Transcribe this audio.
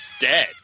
dead